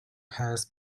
has